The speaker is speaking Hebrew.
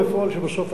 היתה 50 מגוואט.